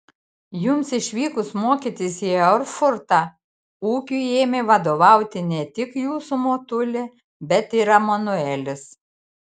jums išvykus mokytis į erfurtą ūkiui ėmė vadovauti ne tik jūsų motulė bet ir emanuelis